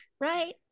right